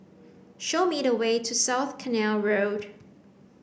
show me the way to South Canal Road